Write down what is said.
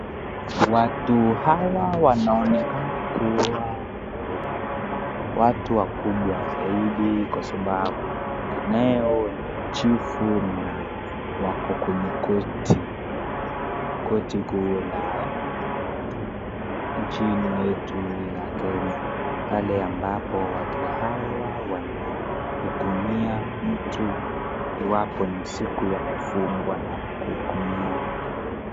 Watu hawa wanaonekana kuwa watu wakubwa zaidi kwa sababu kinayo chifu na wako kwenye koti, koti kuu la chini yetu ya Kenya, pale ambapo watu hawa wanahukumia mtu iwapo ni siku ya kufungwa na kuhukumia ...